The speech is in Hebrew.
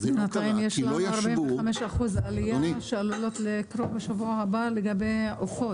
בינתיים יש לנו 45% עליות שעלולות לקרות בשבוע הבא לגבי עופות.